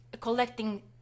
collecting